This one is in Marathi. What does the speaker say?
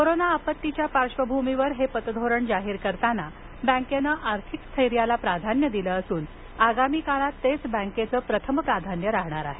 कोरोना आपत्तीच्या पार्श्वभूमीवर हे पतधोरण जाहीर करताना बँकेनं आर्थिक स्थैर्याला प्राधान्य दिलं असून आगामी काळात तेच बँकेचं प्रथम प्राधान्य राहणार आहे